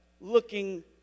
looking